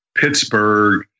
Pittsburgh